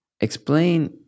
explain